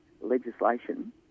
legislation